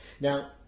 Now